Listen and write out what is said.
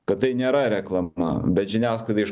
kad tai nėra reklama bet žiniasklaida iš